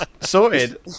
sorted